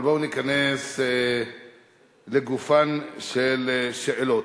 אבל בואו ניכנס לגופן של שאלות.